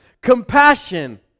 compassion